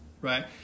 right